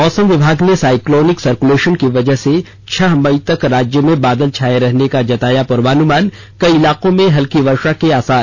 मौसम विभाग ने साइक्लोनिक सरक्लेशन की वजह से छह मई तक राज्य में बादल छाए रहने का जताया पूर्वानुमान कई इलाके में हल्की वर्षा के आसार